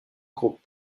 group